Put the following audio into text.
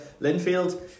Linfield